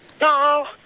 No